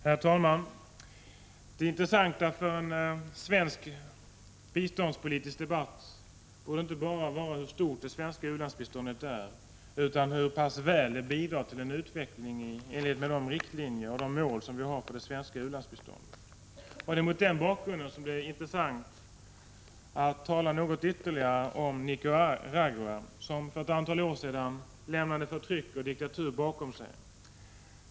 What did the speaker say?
Herr talman! Det intressanta för en svensk biståndspolitisk debatt borde inte bara vara hur stort det svenska u-landsbiståndet är utan också hur pass väl det bidrar till en utveckling i enlighet med de mål och riktlinjer vi har för det svenska u-landsbiståndet. Det är mot den bakgrunden intressant att tala något ytterligare om Nicaragua, som för ett antal år sedan lämnade förtryck och diktatur bakom sig.